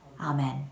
amen